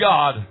God